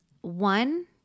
One